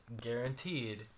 guaranteed